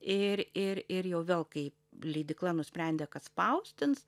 ir ir ir jau vėl kai leidykla nusprendė kad spausdins